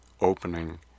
opening